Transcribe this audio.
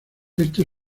esto